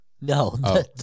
No